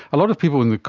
a lot of people in